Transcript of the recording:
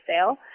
sale